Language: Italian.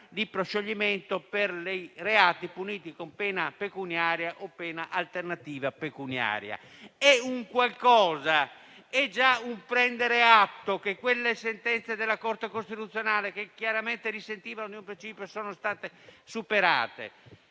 della sentenza di proscioglimento per i reati puniti con pena pecuniaria o pena alternativa pecuniaria. È già qualcosa; è già un prendere atto che quelle sentenze della Corte costituzionale, che chiaramente risentivano di un principio, sono state superate.